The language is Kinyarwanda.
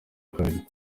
kabiri